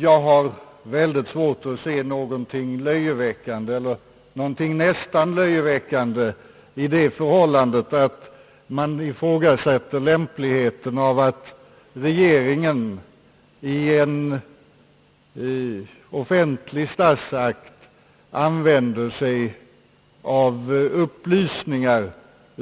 Jag har väldigt svårt att se någonting löjeväckande eller ens någonting nästan löjeväckande i det förhållandet, att man ifrågasätter lämpligheten av att regeringen i en offentlig statsakt använder sig av upplysningar